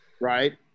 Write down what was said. Right